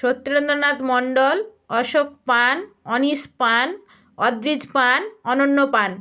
সত্যেন্দ্রনাথ মণ্ডল অশোক পান অনীশ পান অদ্রিজ পান অনন্য পান